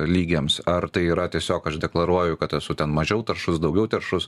lygiams ar tai yra tiesiog aš deklaruoju kad esu ten mažiau taršus daugiau taršus